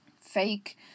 fake